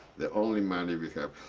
the only money we have.